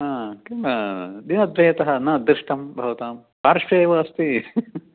किं दिनद्वयतः न दृष्टं भवतां पार्श्वे एव अस्ति